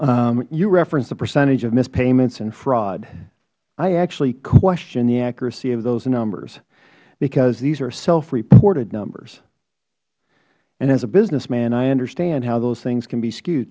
werfel you referenced the percentage of mispayments and fraud i actually question the accuracy of those numbers because these are self reported numbers and as a businessman i understand how those things can be skewed